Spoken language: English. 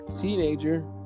teenager